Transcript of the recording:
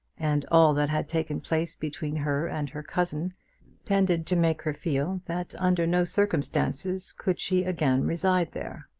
and all that had taken place between her and her cousin tended to make her feel that under no circumstances could she again reside there.